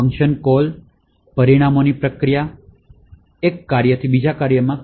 function call અને પરિમાણોની પ્રક્રિયા એક કાર્યથી બીજામાં